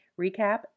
recap